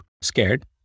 scared